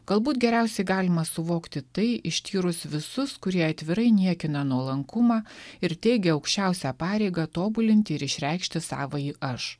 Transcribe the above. galbūt geriausiai galima suvokti tai ištyrus visus kurie atvirai niekina nuolankumą ir teigia aukščiausią pareigą tobulinti ir išreikšti savąjį aš